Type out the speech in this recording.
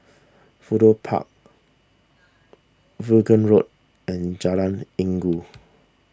Fudu Park Vaughan Road and Jalan Inggu